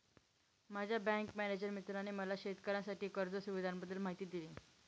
माझ्या bank manager मित्राने मला शेतकऱ्यांसाठी कर्ज सुविधांबद्दल माहिती दिली